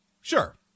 Sure